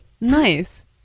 nice